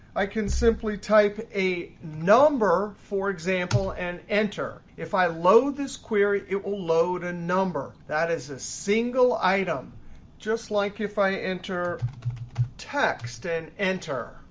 i can simply type a number, for example, and enter. if i load this query, it will load a number. that is a single item just like if i enter text and enter.